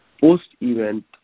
post-event